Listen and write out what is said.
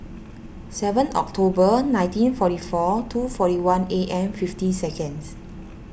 seven October nineteen forty four two forty one A M fifty seconds